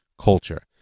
culture